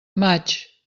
maig